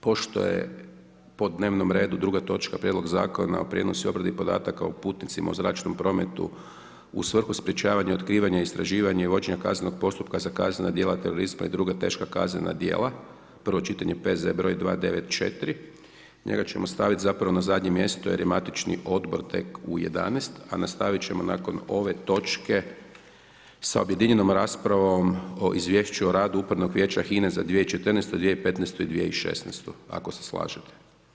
Pošto je po dnevnom redu 2. točka Prijedlog zakona o prijenosu i obradi podataka o putnicima u zračnom prometu u svrhu sprječavanja, otkrivanja, istraživanja i vođenja kaznenog postupka za kaznena djela terorizma i druga teška kaznena djela, prvo čitanje, P.Z. br. 294. njega ćemo staviti zapravo na zadnje mjesto jer je matični odbor tek u 11 a nastaviti ćemo nakon ove točke sa objedinjenom raspravom o Izvješću o radu upravnog vijeća HINA-e za 2014., 2015. i 2016., ako se slažete?